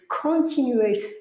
continuous